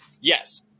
Yes